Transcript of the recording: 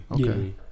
Okay